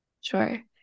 sure